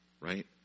Right